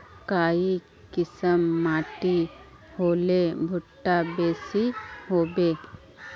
काई किसम माटी होले भुट्टा बेसी होबे?